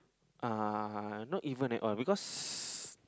uh not even at all because